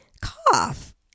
cough